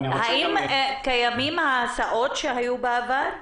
האם קיימות ההסעות שהיו בעבר?